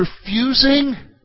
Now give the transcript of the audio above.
refusing